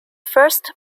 first